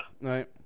right